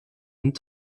and